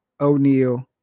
O'Neal